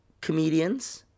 comedians